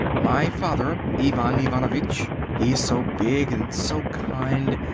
my father ivan ivanovitch he is so big and so kind,